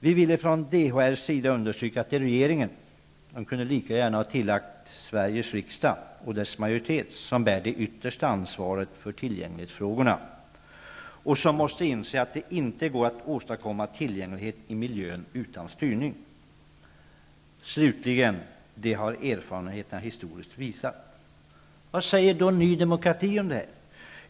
Vi vill från DHR:s sida understryka att det är regeringen -- de kunde lika gärna ha tillagt Sveriges riksdag och dess majoritet -- som bär det yttersta ansvaret för tillgänglighetsfrågorna och som måste inse att det inte går att åstadkomma tillgänglighet i miljön utan styrning. Det har erfarenheterna historiskt visat. Vad säger då Ny demokrati om detta?